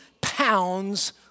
pounds